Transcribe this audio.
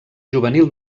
juvenil